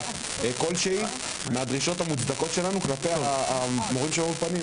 כלשהי מהדרישות המוצדקות שלנו כלפי המורים של האולפנים.